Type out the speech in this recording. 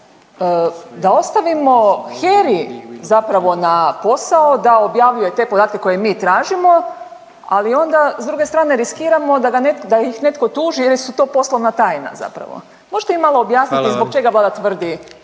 da ostavimo HERA-i zapravo na posao da objavljuje te podatke koje mi tražimo, ali onda s druge strane riskiramo da ih netko tuži jer je to poslovna tajna zapravo? Možete malo objasniti …/Upadica predsjednik: